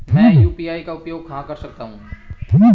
मैं यू.पी.आई का उपयोग कहां कर सकता हूं?